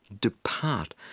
depart